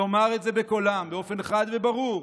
לומר את זה בקולם באופן חד וברור,